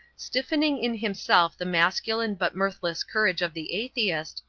stiffening in himself the masculine but mirthless courage of the atheist,